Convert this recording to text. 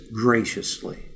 graciously